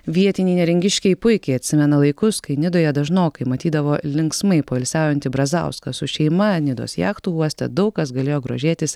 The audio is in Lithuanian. vietiniai neringiškiai puikiai atsimena laikus kai nidoje dažnokai matydavo linksmai poilsiaujantį brazauską su šeima nidos jachtų uoste daug kas galėjo grožėtis